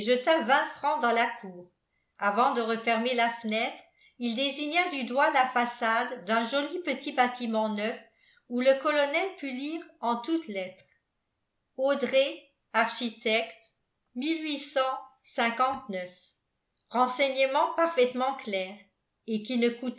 vingt francs dans la cour avant de refermer la fenêtre il désigna du doigt la façade d'un joli petit bâtiment neuf où le colonel put lire en toutes lettres audret architecte mdccclix renseignement parfaitement clair et qui ne